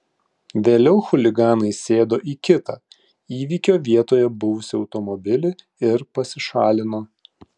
vėliau chuliganai sėdo į kitą įvykio vietoje buvusį automobilį ir pasišalino